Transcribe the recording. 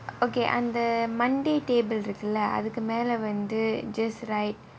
okay அந்த:antha monday tables இருக்குதுலே:irukkuthula just write